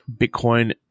Bitcoin